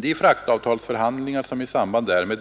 De fraktavtalsförhandlingar som i samband därmed